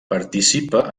participa